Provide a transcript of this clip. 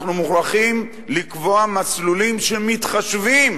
אנחנו מוכרחים לקבוע מסלולים שמתחשבים